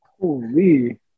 Holy